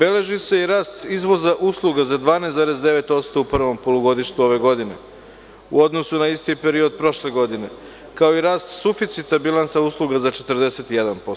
Beleži se i rast izvoza usluga za 12,9% u prvom polugodištu ove godine u odnosu na isti period prošle godine, kao i rast suficita bilansa usluga za 41%